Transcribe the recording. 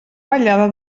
ballada